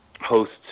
hosts